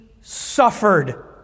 suffered